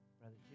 Brother